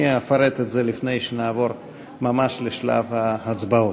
אני אפרט את זה לפני שנעבור ממש לשלב ההצבעות.